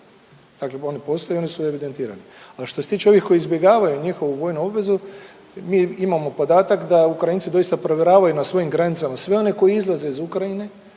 Dakle, oni postoje i oni su evidentirani. A što se tiče ovih koji izbjegavaju njihovu vojnu obvezu mi imamo podatak da Ukrajinci doista provjeravaju na svojim granicama sve one koji izlaze iz Ukrajine